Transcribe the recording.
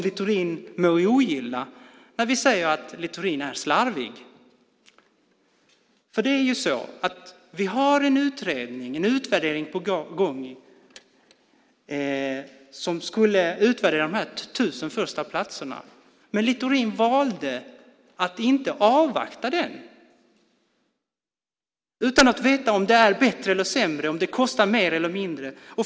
Littorin må ogilla det, men vi säger att Littorin är slarvig. Vi har en utredning och en utvärdering på gång där man skulle utvärdera de tusen första platserna. Men Littorin valde att inte avvakta den, utan att veta om det är bättre eller sämre eller om det kostar mer eller mindre.